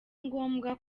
ngombwa